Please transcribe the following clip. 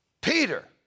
Peter